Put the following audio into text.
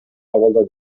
абалда